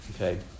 okay